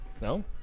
No